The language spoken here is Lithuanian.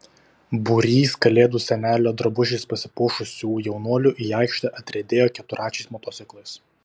būrys kalėdų senelio drabužiais pasipuošusių jaunuolių į aikštę atriedėjo keturračiais motociklais